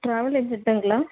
travel ஏஜென்ட்டுங்களா